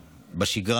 בשגרה,